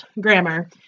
grammar